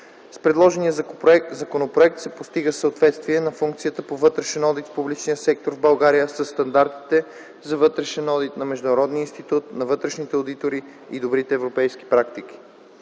С предложения законопроект се постига съответствие на функцията по вътрешен одит в публичния сектор в България със стандартите за вътрешен одит на Международния институт на вътрешните одитори и добрите европейски практики.